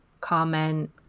comment